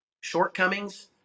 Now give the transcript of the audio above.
shortcomings